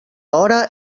hora